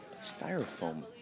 Styrofoam